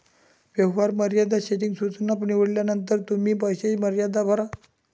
व्यवहार मर्यादा सेटिंग सूचना निवडल्यानंतर तुम्ही पैसे मर्यादा भरा